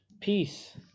peace